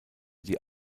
die